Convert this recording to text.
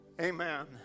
Amen